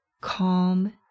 calm